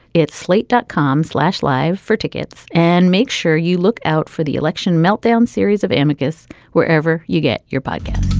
it's slate dot com slash live. for tickets and make sure you look out for the election meltdown series of ambigous. wherever you get your podcast